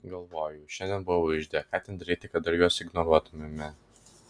galvoju šiandien buvau ižde ką ten daryti kad dar juos ignoruotumėme